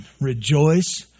rejoice